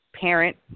parent